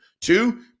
two